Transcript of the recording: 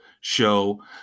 show